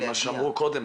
זה מה שאמרו קודם.